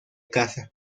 casa